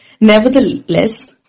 Nevertheless